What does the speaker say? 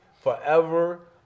forever